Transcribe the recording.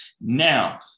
Now